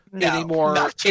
anymore